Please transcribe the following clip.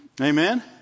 Amen